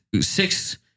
six